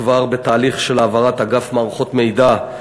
כבר בתהליך של העברת אגף מערכות מידע,